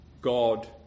God